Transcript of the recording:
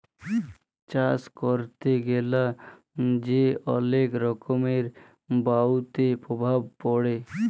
চাষ ক্যরতে গ্যালা যে অলেক রকমের বায়ুতে প্রভাব পরে